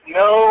no